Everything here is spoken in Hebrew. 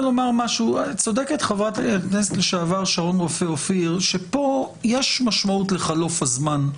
צודקת חברת הכנסת לשעבר שרון רופא אופיר שפה יש משמעות לחלוף הזמן.